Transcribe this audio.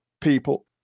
people